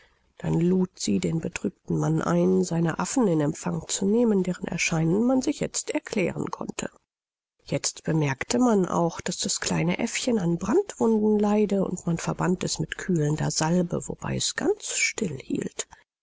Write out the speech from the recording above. dann lud sie den betrübten mann ein seine affen in empfang zu nehmen deren erscheinen man sich jetzt erklären konnte jetzt bemerkte man auch daß das kleine aeffchen an brandwunden leide und man verband es mit kühlender salbe wobei es ganz still